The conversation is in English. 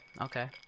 Okay